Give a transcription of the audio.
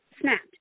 snapped